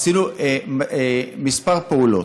כמה פעולות,